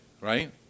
right